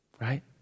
right